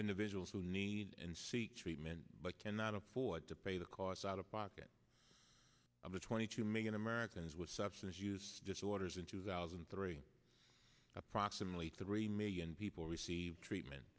individuals who need and seek treatment but cannot afford to pay the cost out of pocket of the twenty two million americans with substance use disorders in two thousand and three approximately three million people receive treatment